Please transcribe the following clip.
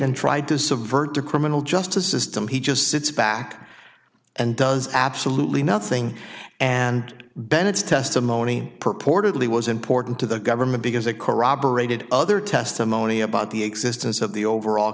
and tried to subvert the criminal justice system he just sits back and does absolutely nothing and bennett's testimony purportedly was important to the government because they corroborated other testimony about the existence of the overall